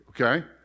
Okay